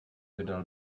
vydal